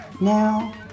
now